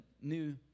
new